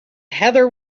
heather